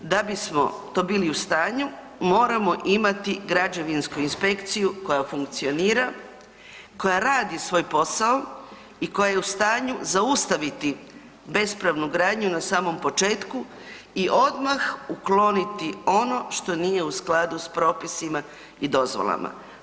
Da bismo to bili u stanju, moramo imati građevinsku inspekciju koja funkcionira, koja radi svoj posao i koja je u stanju zaustaviti bespravnu gradnju na samom početku i odmah ukloniti ono što nije u skladu s propisima i dozvolama.